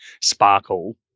sparkle